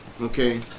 okay